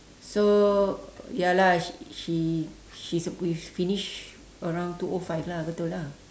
so ya lah she she she supp~ we finish around two O five lah betul ah